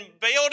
build